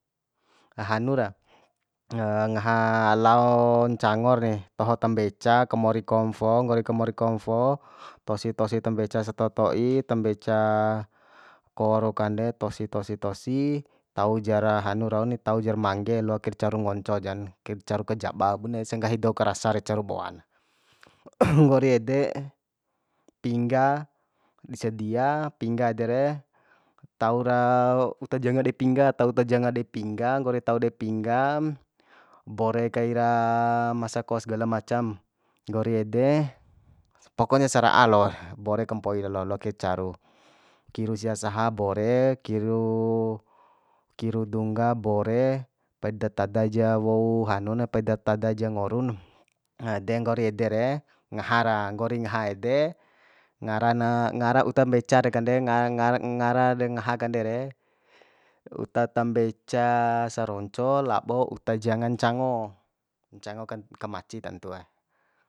Hanu ra ngaha lao ncangor ni toho tambeca kamori komfo nggori kamori komfo tosi tosi tambeca satoto'i tambeca ko rau kande tosi tosi tosi tau jara hanu rau ni tajar mangge loakir caru ngonco jan kir caru kajaba bunes sa nggahi dou ka rasa re caru boana nggori ede pingga di sadia pingga ede re taura uta janga dei pingga tau uta janga dei pingga nggori tau dei pinggam bore kaira masako sgala macam nggori ede pokonya sara'a lo bore kampoi lalo loakir caru kiru sia saha bore kiru kiru dungga bore paida tada ja wou hanu na paida tada ja ngoru na nggori ede re ngaha ra nggori ngaha ede ngara na ngara uta mbeca re kande ngara re ngaha kande re uta tambeca saronco labo uta janga ncango ncango ncango kamaci tantue